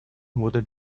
wurde